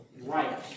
right